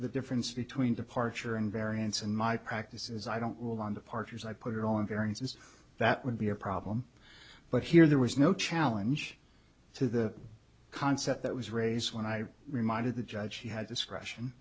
the difference between departure and variance and my practice is i don't rule on departures i put on variances that would be a problem but here there was no challenge to the concept that was raised when i reminded the judge she had discretion